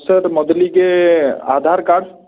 sir ಮೊದಲಿಗೆ Aadhaar card